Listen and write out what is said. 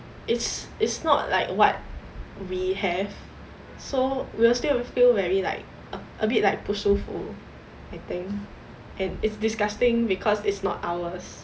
it's it's not like what we have so we'll still feel very like a a bit like 不舒服 I think and it's disgusting because it's not ours